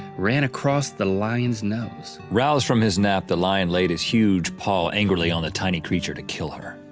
ran across the lion's nose. roused from his nap, the lion laid his huge paw angrily on the tiny creature to kill her.